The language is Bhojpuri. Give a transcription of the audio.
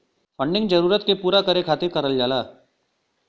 फंडिंग जरूरत के पूरा करे खातिर करल जाला